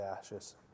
ashes